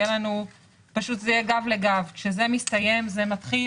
שלא יהיה לנו מרווח באמצע שהגופים לא יודעים לתפעל את זה כמו שצריך.